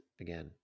again